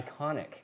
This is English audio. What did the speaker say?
iconic